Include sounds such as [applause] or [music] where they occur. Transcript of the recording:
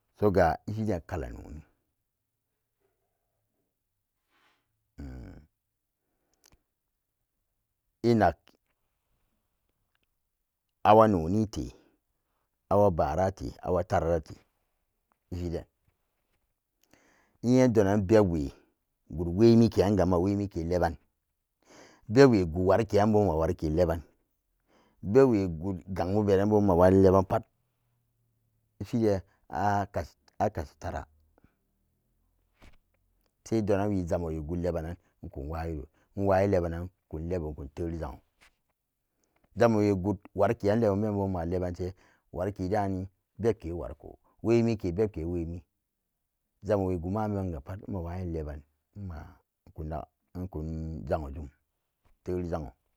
Soga ishi bu denaga [hesitation] inag hawa noni [unintelligible] hawa bara hawa tarate wigan ne donan nnyedonan bebwe gu wemi keranga nma wemike leban bebwe gu warikeranbo nma warike leban [unintelligible] pat ishi den [hesitation] a kashi tara see donan wi zamo we gulebanan nkun wayiro nwayi lebanan nkun lebo nkuteli jangwo jamo we gut warike ran been bo nma lebante warike daani bebke wariko wemike bebke wemi zamo wegu maan been ma nmawa wayin leban nma nkun jangwo zum teli jangwo